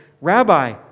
Rabbi